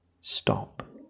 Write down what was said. stop